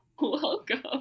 welcome